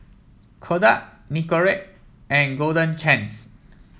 Kodak Nicorette and Golden Chance